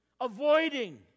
avoiding